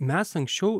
mes anksčiau